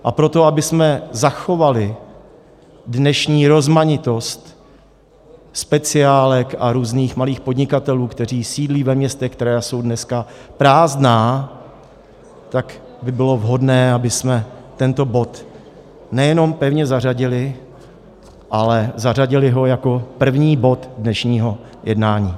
A pro to, abychom zachovali dnešní rozmanitost speciálek a různých malých podnikatelů, kteří sídlí ve městech, která jsou dneska prázdná, by bylo vhodné, abychom tento bod nejenom pevně zařadili, ale zařadili ho jako první bod dnešního jednání.